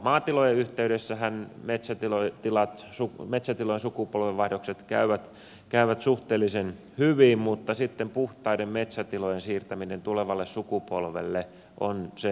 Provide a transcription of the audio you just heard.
maatilojen yhteydessähän metsätilojen sukupolvenvaihdokset käyvät suhteellisen hyvin mutta sitten puhtaiden metsätilojen siirtäminen tulevalle sukupolvelle on se meidän haaste